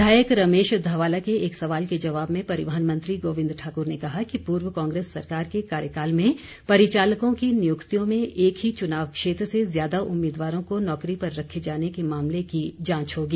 विधायक रमेश ध्वाला के एक सवाल के जवाब में परिवहन मंत्री गोविंद ठाकुर ने कहा कि पूर्व कांग्रेस सरकार के कार्यकाल में परिचालकों की नियुक्तियों में एक ही चुनाव क्षेत्र के ज्यादा उम्मीदवारों को नौकरी पर रखे जाने के मामले की जांच होगी